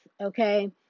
Okay